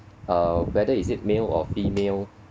uh whether is it male or female